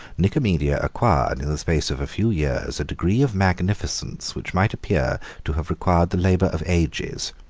nicomedia acquired, in the space of a few years, a degree of magnificence which might appear to have required the labor of ages,